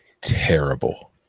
terrible